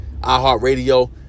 iHeartRadio